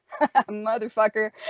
motherfucker